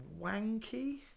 wanky